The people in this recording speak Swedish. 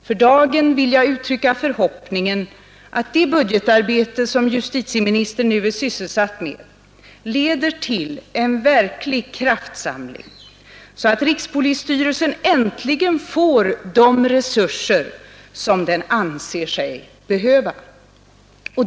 För dagen vill jag uttrycka förhoppningen att det budgetarbete som justitieministern nu är sysselsatt med leder till en verklig kraftsamling, så att rikspolisstyrelsen äntligen får de resurser som den anser sig behöva.